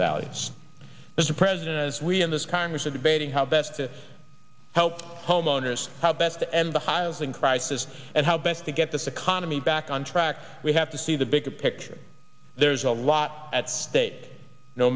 mr president as we in this congress are debating how best to help homeowners how best to end the heils in crisis and how best to get this economy back on track we have to see the bigger picture there's a lot at stake no